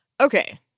Okay